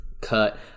cut